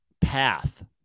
path